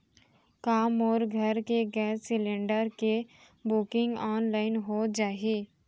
का मोर घर के गैस सिलेंडर के बुकिंग ऑनलाइन हो जाही?